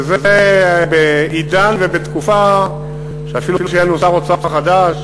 וזה בעידן ובתקופה שאפילו שיהיה לנו שר אוצר חדש,